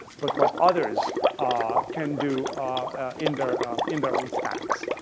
but what others can do in their in their own stacks.